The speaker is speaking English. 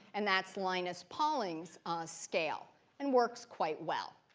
and that's linus pauling's scale and works quite well.